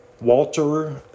Walter